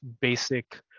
basic